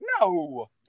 No